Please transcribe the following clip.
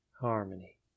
harmony